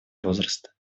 возраста